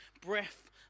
breath